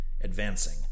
Advancing